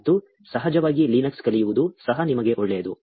ಮತ್ತು ಸಹಜವಾಗಿ ಲಿನಕ್ಸ್ ಕಲಿಯುವುದು ಸಹ ನಿಮಗೆ ಒಳ್ಳೆಯದು